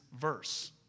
verse